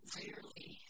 rarely